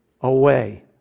away